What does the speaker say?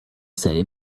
say